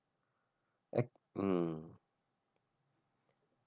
act~ mmhmm